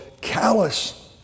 callous